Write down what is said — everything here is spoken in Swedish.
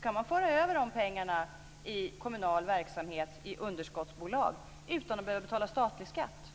kan de föra över de pengarna till kommunal verksamhet i underskottsbolag utan att behöva betala statlig skatt.